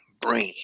brain